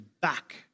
back